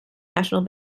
national